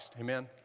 Amen